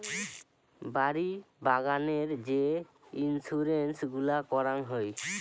বাড়ি বাগানের যে ইন্সুরেন্স গুলা করাং হই